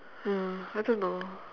ya I don't know